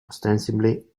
ostensibly